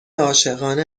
عاشقانه